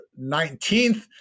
19th